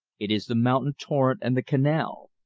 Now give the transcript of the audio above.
it is the mountain torrent and the canal.